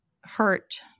hurt